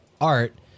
art